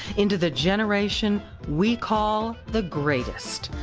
into the generation we call the greatest.